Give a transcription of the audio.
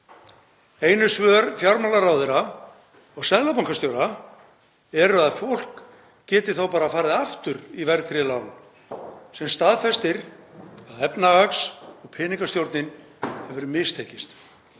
Einu svör fjármálaráðherra og seðlabankastjóra eru að fólk geti þá bara farið aftur í verðtryggð lán, sem staðfestir að efnahags- og peningastjórnin hefur mistekist.